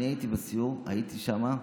אני הייתי בסיור, הייתי שם.